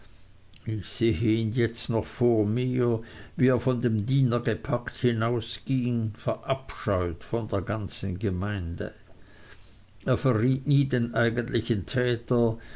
ihn jetzt noch vor mir wie er von dem diener gepackt hinausging verabscheut von der ganzen gemeinde er verriet nie den eigentlichen täter